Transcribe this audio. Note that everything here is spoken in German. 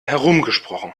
herumgesprochen